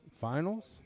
finals